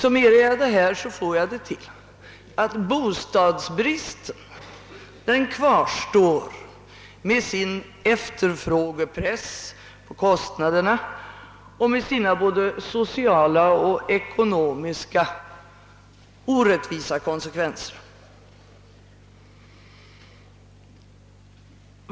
Om jag summerar detta kommer jag till den slutsatsen att bostadsbristen kvarstår med sin efterfrågepress på kostnaderna och med sina både socialt och ekonomiskt orättvisa konsekvenser.